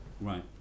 Right